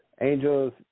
Angels